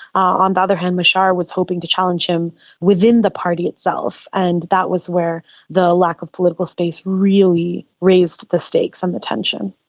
on the other hand, machar was hoping to challenge him within the party itself, and that was where the lack of political space really raised the stakes and the tension.